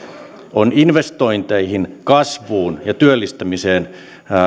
on investointeihin kasvuun ja työllistämiseen